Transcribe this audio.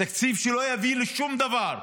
תקציב שלא יביא לשום דבר.